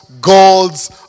God's